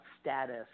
status